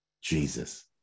jesus